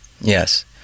Yes